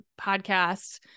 podcasts